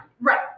Right